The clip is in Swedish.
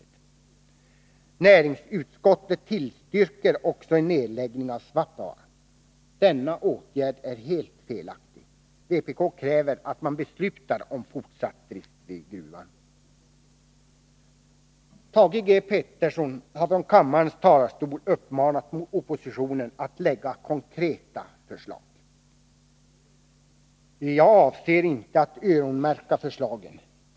Nr 144 Näringsutskottet tillstyrker också en nedläggning av Svappavaara. Denna åtgärd är helt felaktig. Vpk kräver att man beslutar om fortsatt drift vid gruvan. Thage G. Peterson har från kammarens talarstol uppmanat oppositionen att lägga konkreta förslag. Jag avser inte att öronmärka förslagen.